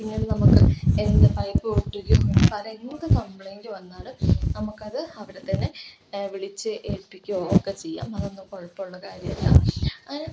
പിന്നീട് നമുക്ക് എന്ത് പൈപ്പ് പൊട്ടുകയോ അങ്ങനെ പല എന്ത് കംപ്ലൈന്റ് വന്നാലും നമുക്ക് അത് അവർ തന്നെ വിളിച്ചു ഏൽപ്പിക്കുകയോ ഒക്കെ ചെയ്യാം അത് നമുക്ക് കുഴപ്പമുള്ള കാര്യമല്ല അങ്ങനെ